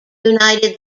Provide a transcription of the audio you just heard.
united